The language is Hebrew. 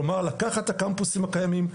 כלומר לקחת את הקמפוסים הקיימים,